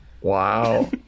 Wow